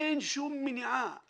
אין שום מניעה,